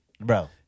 Bro